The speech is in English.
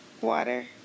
water